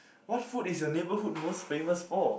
what food is your neighborhood most famous for